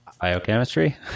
biochemistry